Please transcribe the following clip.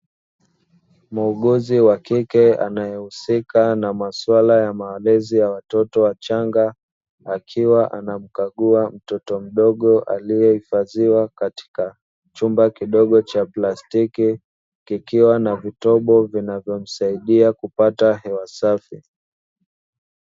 Muuguzi wa kike, anayehusika na maswala ya malezi ya watoto wachanga, akiwa anamkagua mtoto mdogo aliyehifadhiwa katika chumba kidogo cha plastiki kikiwa na vitobo vinavyomsaidia kupata hewa safi.